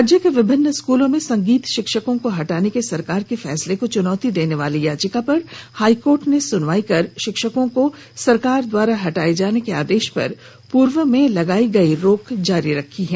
राज्य के विभिन्न स्कूलों में संगीत शिक्षकों को हटाने के सरकार के फैसले को चुनौती देने वाली याचिका पर हाइकोर्ट ने सुनवाई कर शिक्षकों को सरकार द्वारा हटाए जाने के आदेश पर पूर्व में लगाई गई रोक को जारी रखा है